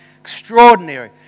Extraordinary